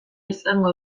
izango